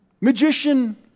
Magician